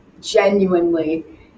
genuinely